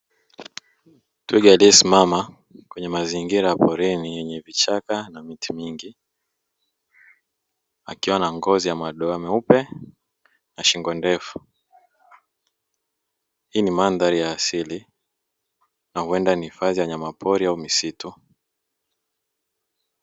Twiga aliesimama kwenye mazingira ya porini yenye vichaka na miti mingi, akiwa na ngozi ya madoa meupe na shingo ndefu. Hii ni mandhari ya asili na huwenda ni hifadhi ya wanyamapori au misitu .